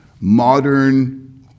modern